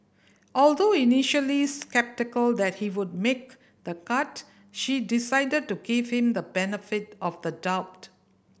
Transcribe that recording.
although initially sceptical that he would make the cut she decided to give him the benefit of the doubt